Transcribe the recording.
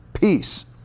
peace